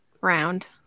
round